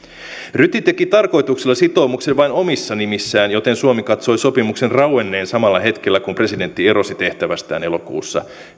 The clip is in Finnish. ryti teki tarkoituksella sitoumuksen vain omissa nimissään joten suomi katsoi sopimuksen rauenneen samalla hetkellä kun presidentti erosi tehtävästään elokuussa